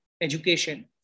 education